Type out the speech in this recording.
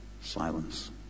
silence